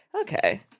Okay